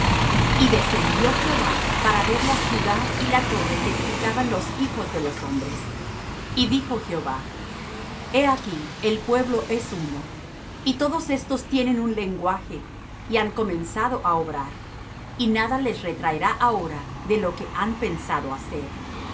y descendió jehová para ver la ciudad y la torre que edificaban los hijos de los hombres y dijo jehová he aquí el pueblo es uno y todos éstos tienen un lenguaje y han comenzado á obrar y nada les retraerá ahora de lo que han pensando hacer